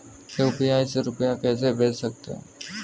UPI से रुपया कैसे भेज सकते हैं?